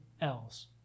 else